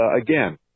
again